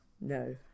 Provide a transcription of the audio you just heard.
No